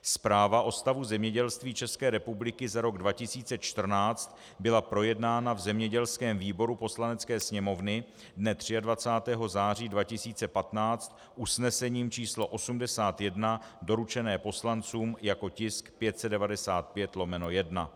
Zpráva o stavu zemědělství České republiky za rok 2014 byla projednána v zemědělském výboru Poslanecké sněmovny dne 23. září 2015 usnesením číslo 81, doručeným poslancům jako tisk 595/1.